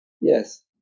yes